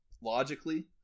logically